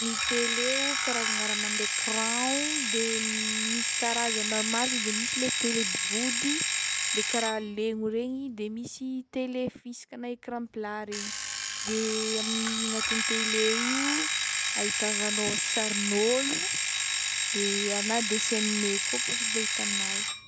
Ny tele o, karazagna raha mande courant o, de misy karazagna maro izy de misy le tele be vody, le karaha lemo regny de misy le tele fisaka na ecran plat regny de amin'ny agnatin'ny tele io ahitavagnao sarin'olo de na dessin animé koa possible hita amin'azy.